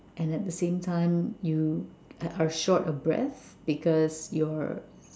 and at the same time you are short of breath because your